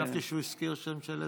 חשבתי שהוא הזכיר שם של אזרח.